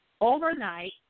overnight